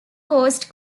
coast